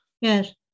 yes